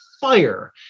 fire